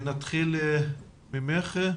נתחיל ממך.